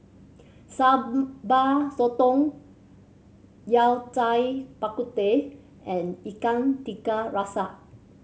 Sambal Sotong Yao Cai Bak Kut Teh and Ikan Tiga Rasa